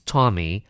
Tommy